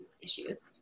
issues